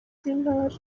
rw’intara